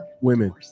Women